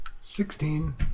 Sixteen